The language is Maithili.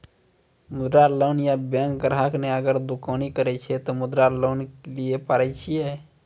मुद्रा लोन ये बैंक ग्राहक ने अगर दुकानी करे छै ते मुद्रा लोन लिए पारे छेयै?